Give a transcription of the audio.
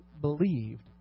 believed